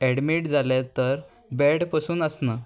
admit जाले तर bed पसून आसना